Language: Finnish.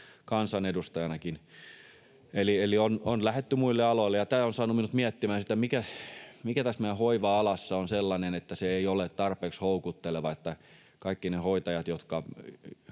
kansanedustajanakin, eli on lähdetty muille aloille. Tämä on saanut minut miettimään, mikä tässä meidän hoiva-alassa on sellaista, että se ei ole tarpeeksi houkutteleva, että kaikki ne hoitajat, jotka